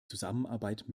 zusammenarbeit